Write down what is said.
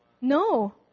No